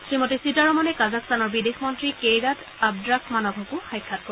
শ্ৰীমতী সীতাৰমনে কাজাখস্তানৰ বিদেশ মন্ত্ৰী কেইৰাট আবদ্ৰাখমানভকো সাক্ষাৎ কৰে